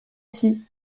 rsi